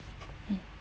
mm